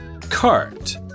cart